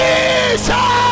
Jesus